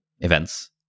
events